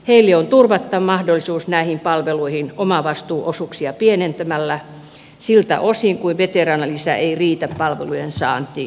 heille on turvattava mahdollisuus näihin palveluihin omavastuuosuuksia pienentämällä siltä osin kuin veteraanilisä ei riitä palvelujen saantiin